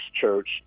church